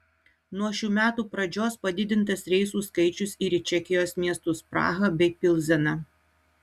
nuo šių metų pradžios padidintas reisų skaičius ir į čekijos miestus prahą bei pilzeną